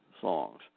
songs